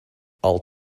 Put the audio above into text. i’ll